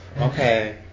okay